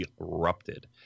erupted